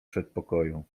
przedpokoju